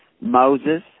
Moses